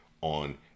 on